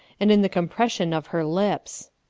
and in the compression of her lips.